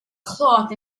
cloth